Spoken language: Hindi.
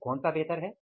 तो कौन सा बेहतर है